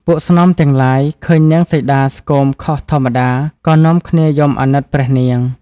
ពួកស្នំទាំងឡាយឃើញនាងសីតាស្គមខុសធម្មតាក៏នាំគ្នាយំអាណិតព្រះនាង។